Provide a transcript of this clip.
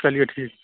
چلیے ٹھیک